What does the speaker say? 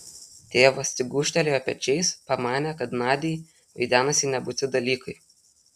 tėvas tik gūžtelėjo pečiais pamanė kad nadiai vaidenasi nebūti dalykai